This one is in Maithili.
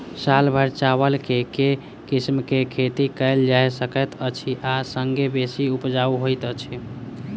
साल भैर चावल केँ के किसिम केँ खेती कैल जाय सकैत अछि आ संगे बेसी उपजाउ होइत अछि?